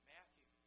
Matthew